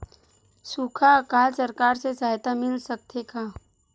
सुखा अकाल सरकार से सहायता मिल सकथे का?